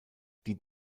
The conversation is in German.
die